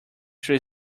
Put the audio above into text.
tree